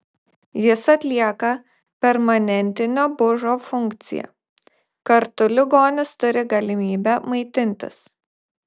jis atlieka permanentinio bužo funkciją kartu ligonis turi galimybę maitintis